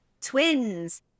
Twins